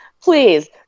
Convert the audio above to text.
please